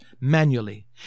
manually